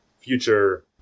future